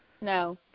No